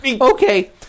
Okay